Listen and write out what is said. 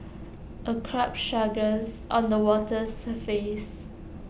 A carp struggles on the water's surface